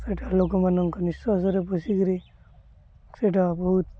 ସେଇଟା ଲୋକମାନଙ୍କ ନିଶ୍ୱାସରେ ପସିକିରି ସେଇଟା ବହୁତ